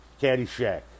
Caddyshack